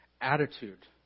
attitude